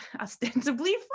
ostensibly